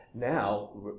Now